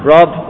Rob